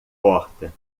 porta